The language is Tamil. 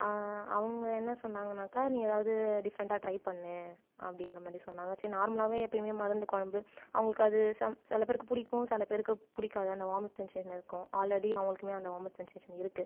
அவங்க என்ன சொன்னாங்கனாக்க நீ ஏதாவது டிஃப்ரென்ட்டாக ட்ரை பண்ணு அப்படின்ற மாதிரி சொன்னாங்க சரி நார்மலாகவே எப்பவுமே மருந்து குழம்பு அவங்களுக்கு அது சம் சில பேருக்குப் பிடிக்கும் சில பேருக்குப் பிடிக்காது அந்த வாமிட் சென்சேஷன் இருக்கும் ஆல்ரெடி அவங்களுக்குமே அந்த வாமிட் சென்சேஷன் இருக்கும்